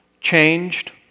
changed